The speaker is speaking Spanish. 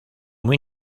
muy